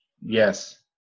Yes